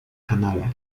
kanale